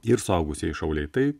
ir suaugusieji šauliai tai